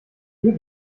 hier